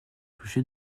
touché